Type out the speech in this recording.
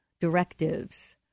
directives